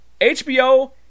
HBO